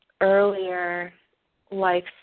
earlier-life